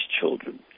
children